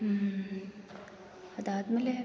ಹ್ಞೂ ಅದಾದ ಮೇಲೆ